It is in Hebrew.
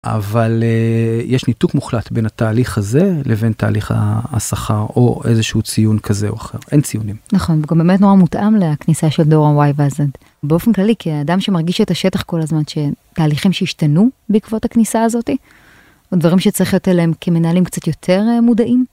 אבל יש ניתוק מוחלט בין התהליך הזה לבין תהליך השכר או איזשהו ציון כזה או אחר, אין ציונים. נכון, וגם באמת נורא מותאם לכניסה של דור הy והz. באופן כללי, כי האדם שמרגיש את השטח כל הזמן, שתהליכים שהשתנו בעקבות הכניסה הזאת, או דברים שצריך לתת להם כמנהלים קצת יותר מודעים.